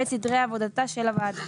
ואת סדרי עבודתה של הוועדה.